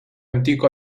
antico